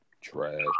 Trash